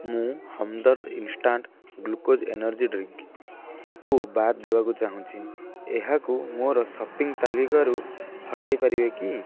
ମୁଁ instant glucose energy ଡ୍ରିଙ୍କ୍କୁ ବାଦ୍ ଦେବାକୁ ଚାହୁଁଛି ଏହାକୁ ମୋର ସପିଂ ତାଲିକାରୁ ହଟାଇ ପାରିବେ କି